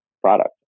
product